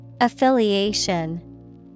Affiliation